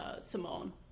Simone